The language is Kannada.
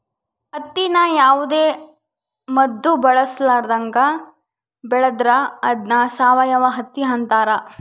ಹತ್ತಿನ ಯಾವುದೇ ಮದ್ದು ಬಳಸರ್ಲಾದಂಗ ಬೆಳೆದ್ರ ಅದ್ನ ಸಾವಯವ ಹತ್ತಿ ಅಂತಾರ